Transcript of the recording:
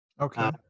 Okay